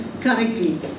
correctly